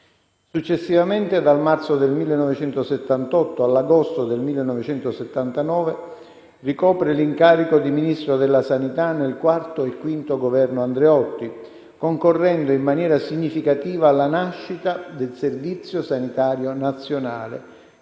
Successivamente, dal marzo del 1978 all'agosto del 1979, ricopre l'incarico di Ministro della sanità nel IV e nel V Governo Andreotti, concorrendo in maniera significativa alla nascita del Servizio sanitario nazionale,